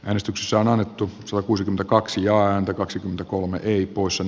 äänestyksessä on annettu sai kuusikymmentäkaksi ääntä kaksikymmentäkolme lipposen